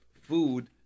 food